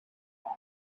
farm